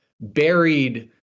buried